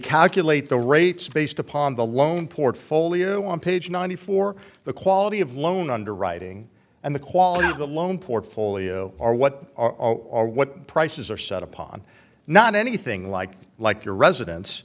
calculate the rates based upon the loan portfolio on page ninety four the quality of loan underwriting and the quality of the loan portfolio are what are what prices are set upon not anything like like your residence